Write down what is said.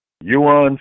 Yuan